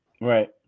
Right